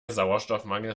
sauerstoffmangel